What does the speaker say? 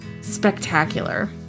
spectacular